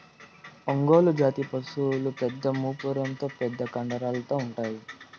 ఒంగోలు జాతి పసులు పెద్ద మూపురంతో పెద్ద కండరాలతో ఉంటాయి